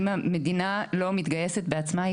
אם המדינה לא מתגייסת בעצמה,